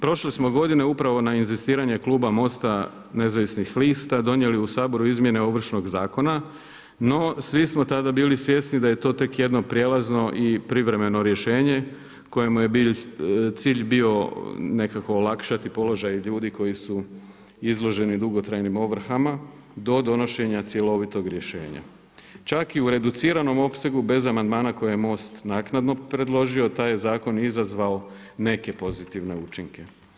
Prošle smo godine upravo na inzistiranje kluba MOST-a nezavisnih lista donijeli u Saboru izmjene Ovršnog zakona, no svi smo tada bili svjesni da je to tek jedno prijelazno i privremeno rješenje kojemu je cilj bio nekako olakšati položaj ljudi koji su izloženi dugotrajnim ovrhama do donošenja cjelovitog rješenja čak i u reduciranom opsegu bez amandmana koje je MOST naknadno predložio, taj je zakon izazvao neke pozitivne učinke.